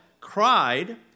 cried